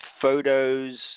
photos